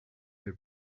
they